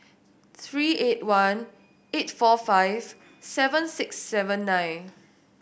three eight one eight four five seven six seven nine